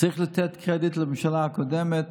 צריך לתת קרדיט לממשלה הקודמת